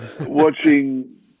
watching